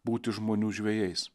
būti žmonių žvejais